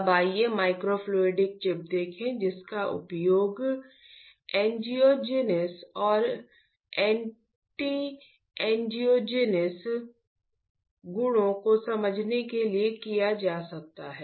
अब आइए microfluidic chip देखें जिसका उपयोग एंजियोजेनेसिस और एंटी एंजियोजेनेसिस गुणों को समझने के लिए किया जा सकता है